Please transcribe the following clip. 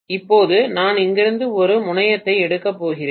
இப்போது நான் இங்கிருந்து ஒரு முனையத்தை எடுக்கப் போகிறேன்